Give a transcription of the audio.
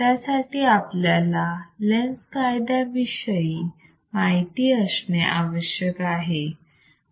त्यासाठी आपल्याला Lenz lenz's कायद्याविषयी माहिती असणे आवश्यक आहे